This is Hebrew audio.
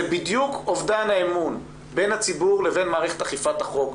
זה בדיוק אובדן האמון בין הציבור לבין מערכת אכיפת החוק,